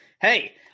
hey